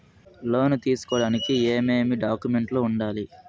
లోను తీసుకోడానికి ఏమేమి డాక్యుమెంట్లు ఉండాలి